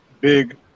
big